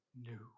new